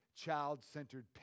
child-centered